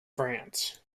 france